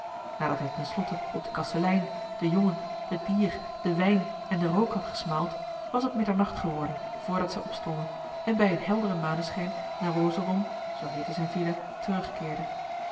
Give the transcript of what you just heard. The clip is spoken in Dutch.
nadat hij ten slotte op den kastelein den jongen het bier den wijn en den rook had gesmaald was het middernacht geworden voordat zij opstonden en bij een helderen maneschijn naar rosorum zoo heette zijn villa terugkeerden